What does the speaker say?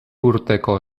urteko